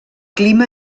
clima